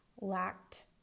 lacked